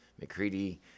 McCready